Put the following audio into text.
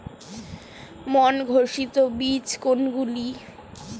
মান ঘোষিত বীজ কোনগুলি?